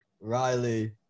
Riley